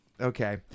Okay